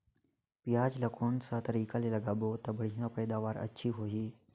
पियाज ला कोन सा तरीका ले लगाबो ता बढ़िया पैदावार अच्छा होही?